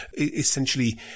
essentially